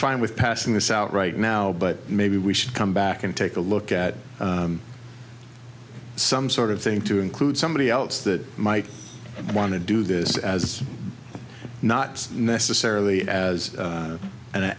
fine with passing this out right now but maybe we should come back and take a look at some sort of thing to include somebody else that might want to do this as not necessarily as a